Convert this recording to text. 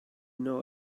know